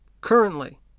currently